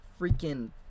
freaking